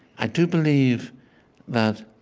i do believe that,